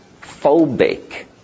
phobic